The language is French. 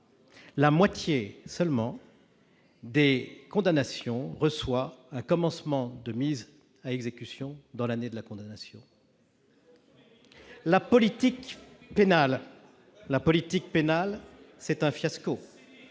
la moitié seulement des condamnations reçoivent un commencement de mise à exécution dans l'année qui suit le prononcé. La politique pénale est un fiasco